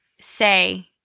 say